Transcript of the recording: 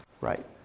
right